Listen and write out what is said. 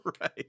Right